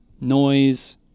noise